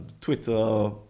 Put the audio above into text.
Twitter